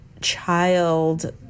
child